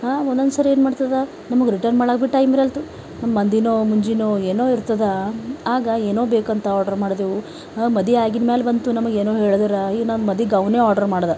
ಒಂದೊಂದು ಸರಿ ಏನು ಮಾಡ್ತದ ನಮಗ ರಿಟರ್ನ್ ಮಾಡಾಕ ಬಿ ಟೈಮ್ ಇರಲ್ತು ನಮ್ಮ ಮಂದಿನೋ ಮುಂಜಿನೋ ಏನೋ ಇರ್ತದ ಆಗ ಏನೋ ಬೇಕಂತ ಆರ್ಡರ್ ಮಾಡಿದೇವು ಮದಿ ಆಗಿನ ಮ್ಯಾಲ ಬಂತು ನಮಗ ಏನೋ ಹೇಳಿದ್ರ ಈಗ ನಮ್ಮ ಮದಿಗೆ ಗೌನೆ ಆರ್ಡರ್ ಮಾಡಿದೆ